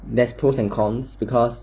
there's pros and cons because